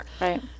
Right